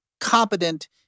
competent